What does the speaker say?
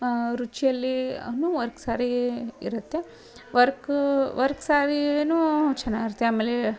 ರುಚಿಯಲ್ಲಿ ಅನು ವರ್ಕ್ ಸಾರೀ ಇರುತ್ತೆ ವರ್ಕೂ ವರ್ಕ್ ಸಾರಿಯೂ ಚೆನ್ನಾಗಿರುತ್ತೆ ಆಮೇಲೆ